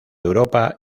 europa